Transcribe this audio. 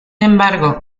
embargo